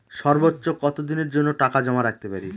সর্বোচ্চ কত দিনের জন্য টাকা জমা রাখতে পারি?